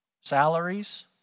salaries